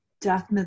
death